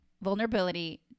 vulnerability